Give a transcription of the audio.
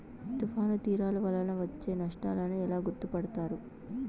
తుఫాను తీరాలు వలన వచ్చే నష్టాలను ఎలా గుర్తుపడతారు?